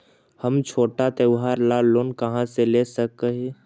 हम छोटा त्योहार ला लोन कहाँ से ले सक ही?